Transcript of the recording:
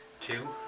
Two